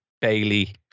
Bailey